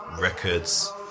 records